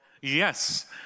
Yes